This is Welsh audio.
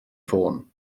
ffôn